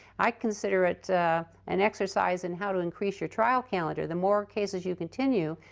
i consider it an exercise in how to increase your trial calendar. the more cases you continue,